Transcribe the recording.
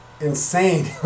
insane